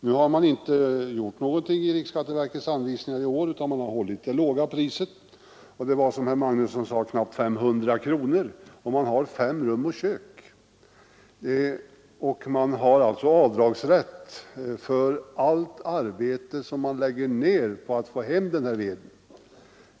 Nu har man inte gjort någon ändring i riksskatteverkets anvisningar i år, utan man har behållit det låga priset. Det blir, som herr Magnusson i Borås sade, i fråga om beskattningen knappt 500 kronor om man har fem rum och kök. Man har alltså avdragsrätt för allt arbete som man lägger ned på att få hem denna ved.